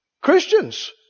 Christians